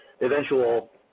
eventual